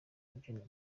rubyiniro